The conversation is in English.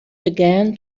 began